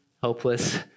hopeless